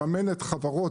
מממנת חברות,